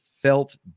felt